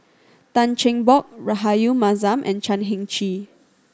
Tan Cheng Bock Rahayu Mahzam and Chan Heng Chee